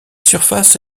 surface